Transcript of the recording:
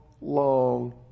long